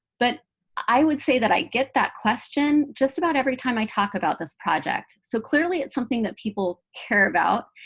but i would say that i get that question just about every time i talk about this project. so clearly, it's something that people care about.